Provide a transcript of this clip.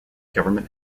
government